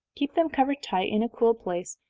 keep them covered tight, in a cool place,